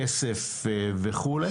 כסף וכו'